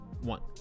one